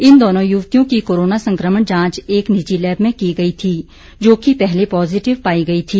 इन दोनो युवतियों की कोरोना संकमण जांच एक निजी लैब में की गई थी जोकि पहले पॉजिटिव पाई गई थी